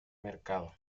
mercado